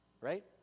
Right